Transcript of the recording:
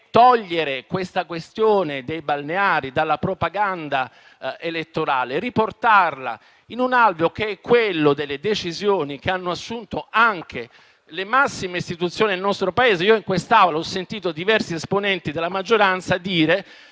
togliere la questione dei balneari dalla propaganda elettorale e riportarla in un alveo che è quello delle decisioni che hanno assunto anche le massime istituzioni del nostro Paese. In quest'Aula ho sentito diversi esponenti della maggioranza dire